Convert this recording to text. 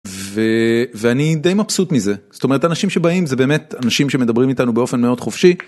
ואני די מבסוט מזה, זאת אומרת אנשים שבאים זה באמת אנשים שמדברים איתנו באופן מאוד חופשי.